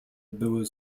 były